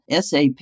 SAP